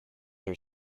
are